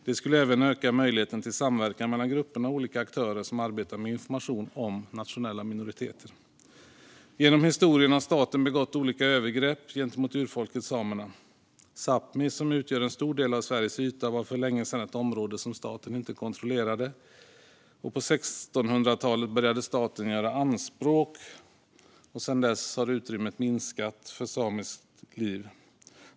Det skulle även öka möjligheten till samverkan mellan grupperna och olika aktörer som arbetar med information om nationella minoriteter. Genom historien har staten begått olika övergrepp gentemot urfolket samerna. Sápmi, som utgör en stor del av Sveriges yta, var för länge sedan ett område som staten inte kontrollerade. På 1600-talet började staten göra anspråk, och sedan dess har utrymmet minskat för samiskt liv.